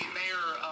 mayor